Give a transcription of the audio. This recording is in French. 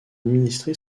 administré